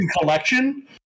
collection